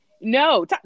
No